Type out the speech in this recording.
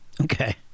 Okay